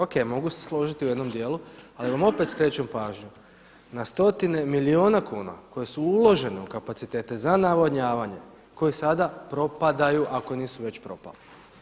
O.k. Mogu se složiti u jednom dijelu, ali vam opet skrećem pažnju na stotine milijuna kuna koje su uložene u kapacitete za navodnjavanje koji sada propadaju ako nisu već propali.